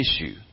issue